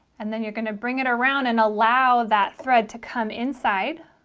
and then you're gonna bring it around and allow that thread to come inside